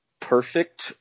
perfect